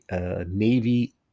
Navy